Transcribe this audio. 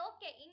Okay